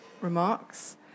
remarks